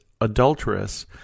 adulterous